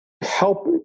help